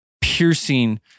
piercing